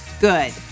good